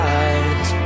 eyes